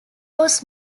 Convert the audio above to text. was